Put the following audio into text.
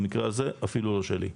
במקרה הזה אפילו לא שלי.